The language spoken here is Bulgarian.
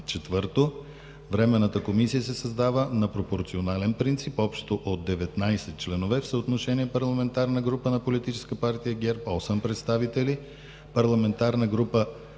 4. Временната комисия се създава на пропорционален принцип общо от 19 членове в съотношение: парламентарна група на Политическа партия ГЕРБ – 8 представители, парламентарна група